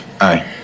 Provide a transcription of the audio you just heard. Aye